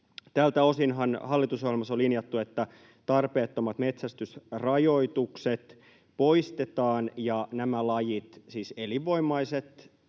Tältä osinhan hallitusohjelmassa on linjattu, että tarpeettomat metsästysrajoitukset poistetaan ja nämä lajit — siis elinvoimaiset,